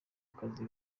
kazi